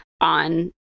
on